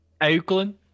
Oakland